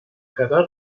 kadar